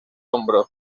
hombro